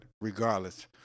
regardless